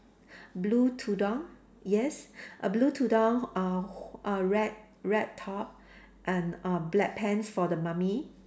blue tudung yes a blue tudung uh h~ uh red red top and err black pants for the mummy